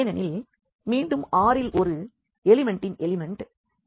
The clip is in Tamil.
ஏனெனில் மீண்டும் R ல் ஒரு எலிமெண்ட்டின் எலிமெண்ட் உள்ளது